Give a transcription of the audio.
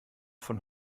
von